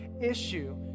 issue